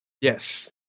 Yes